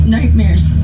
Nightmares